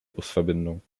busverbindung